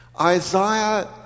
Isaiah